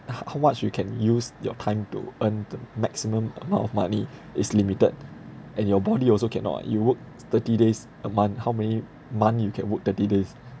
ho~ how much you can use your time to earn the maximum amount of money is limited and your body also cannot you work thirty days a month how many month you can work thirty days